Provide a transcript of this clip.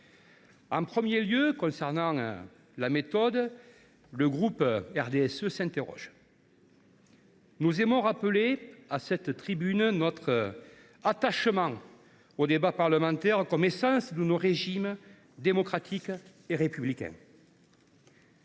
En premier lieu, concernant la méthode, les membres du groupe du RDSE s’interrogent. Nous aimons rappeler à cette tribune notre attachement au débat parlementaire comme essence de notre régime démocratique et républicain.